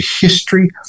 history